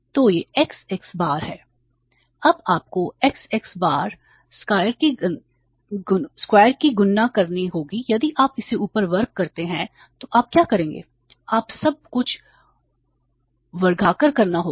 तो यह x x bar है अब आपको x x बार स्क्वायर की गणना करना होगा यदि आप इसे ऊपर वर्ग करते हैं तो आप क्या करेंगे आप सब कुछ वर्गाकार करना होगा